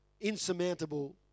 insurmountable